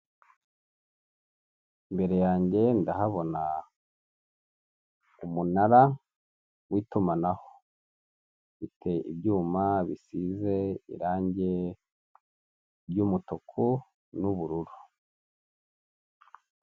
Imbere yanjye ndahabona umunara w'itumanaho, ufite ibyuma bisize irangi ry'umutuku n'ubururu.